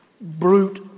Brute